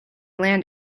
land